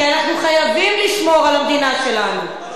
כי אנחנו חייבים לשמור על המדינה שלנו.